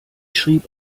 schrieb